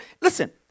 listen